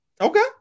Okay